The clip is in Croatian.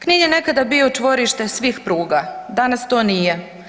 Knin je nekada bio čvorište svih pruga, danas to nije.